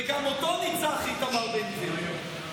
וגם אותו ניצח איתמר בן גביר.